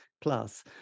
plus